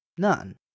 None